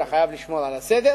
אתה חייב לשמור על הסדר.